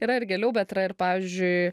yra ir gėlių bet yra ir pavyzdžiui